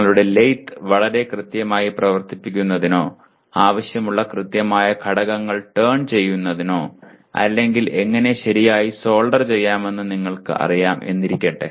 നിങ്ങളുടെ ലെയ്ത്ത് വളരെ കൃത്യമായി പ്രവർത്തിപ്പിക്കുന്നതിനോ ആവശ്യമുള്ള കൃത്യമായ ഘടകങ്ങൾ ടേൺ ചെയ്യുന്നതോ അല്ലെങ്കിൽ എങ്ങനെ ശരിയായി സോൾഡർ ചെയ്യാമെന്ന് നിങ്ങൾക്ക് അറിയാം എന്നിരിക്കട്ടെ